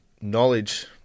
knowledge